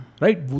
Right